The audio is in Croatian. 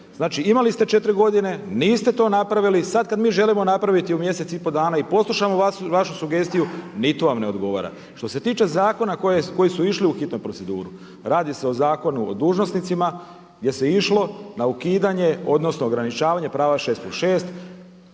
Znači, imali ste četiri godine, niste to napravili. Sad kad mi želimo napraviti u mjesec i pol dana i poslušamo vašu sugestiju ni to vam ne odgovara. Što se tiče zakona koji su išli u hitnu proceduru, radi se o Zakonu o dužnosnicima gdje se išlo na ukidanje odnosno ograničavanje prava šest